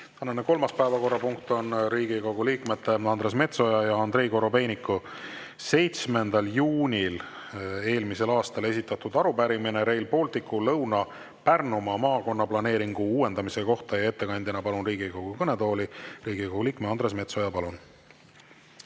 kolmas päevakorrapunkt on Riigikogu liikmete Andres Metsoja ja Andrei Korobeiniku 7. juunil eelmisel aastal esitatud arupärimine Rail Balticu Lõuna-Pärnumaa maakonnaplaneeringu uuendamise kohta. Ettekandeks palun Riigikogu kõnetooli Riigikogu liikme Andres Metsoja. Palun!